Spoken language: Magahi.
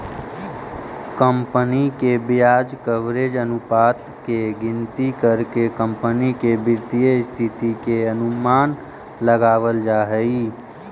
कंपनी के ब्याज कवरेज अनुपात के गिनती करके कंपनी के वित्तीय स्थिति के अनुमान लगावल जा हई